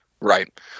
Right